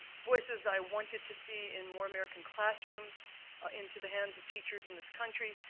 voices i wanted to see in more american classrooms into the hands of teachers in this country.